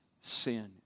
sin